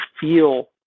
feel